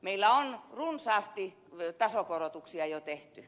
meillä on runsaasti tasokorotuksia jo tehty